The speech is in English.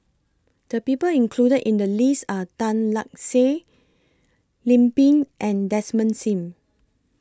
The People included in The list Are Tan Lark Sye Lim Pin and Desmond SIM